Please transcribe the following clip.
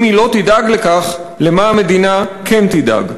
אם היא לא תדאג לכך, למה המדינה כן תדאג?